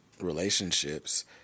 relationships